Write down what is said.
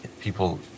people